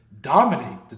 dominate